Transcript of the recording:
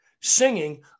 Singing